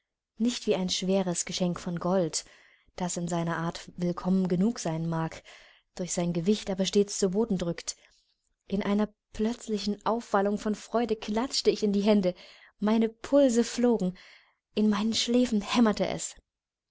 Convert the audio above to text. nicht wie ein schweres geschenk von gold das in seiner art willkommen genug sein mag durch sein gewicht aber stets zu boden drückt in einer plötzlichen aufwallung von freude klatschte ich in die hände meine pulse flogen in meinen schläfen hämmerte es